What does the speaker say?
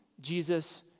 Jesus